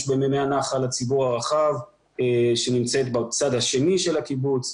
במימי הנחל לציבור הרחב שנמצאת בצד השני של הקיבוץ,